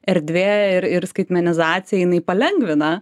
erdvė ir ir skaitmenizacija jinai palengvina